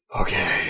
okay